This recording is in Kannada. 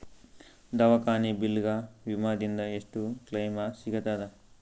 ದವಾಖಾನಿ ಬಿಲ್ ಗ ವಿಮಾ ದಿಂದ ಎಷ್ಟು ಕ್ಲೈಮ್ ಸಿಗತದ?